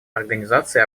организации